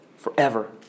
Forever